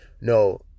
No